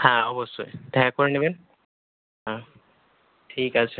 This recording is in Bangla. হ্যাঁ অবশ্যই দেখা করে নেবেন হ্যাঁ ঠিক আছে